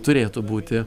turėtų būti